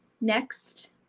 Next